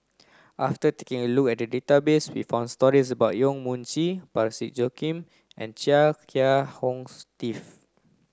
after taking a look at the database we found stories about Yong Mun Chee Parsick Joaquim and Chia Kiah Hong Steve